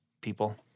people